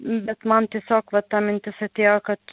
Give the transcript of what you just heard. bet man tiesiog va ta mintis atėjo kad